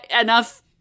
enough